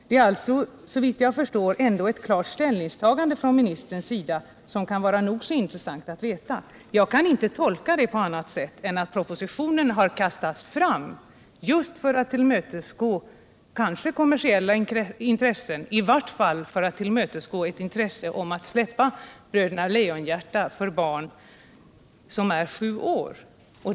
Det är såvitt jag kan förstå ett klart ställningstagande från ministerns sida som kan vara nog så intressant att känna till. Jag kan inte tolka det på annat sätt än så att propositionen har kastats fram för att tillmötesgå kanske kommersiella intressen, i varje fall ett intresse av att släppa Bröderna Lejonhjärta för barn som är sju år.